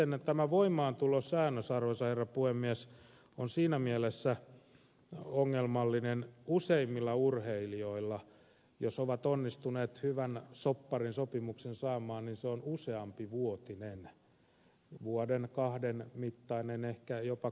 sitten tämä voimaantulosäännös arvoisa herra puhemies on siinä mielessä ongelmallinen useimmilla urheilijoilla jos ovat onnistuneet hyvän shopparinsopimuksen saamaan että se on useampivuotinen vuoden kahden mittainen ehkä jopa kolmen neljänkin